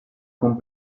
con